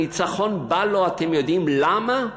הניצחון בא לו, אתם יודעים למה?